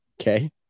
okay